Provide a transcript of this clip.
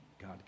God